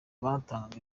batangaga